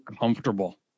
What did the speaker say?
comfortable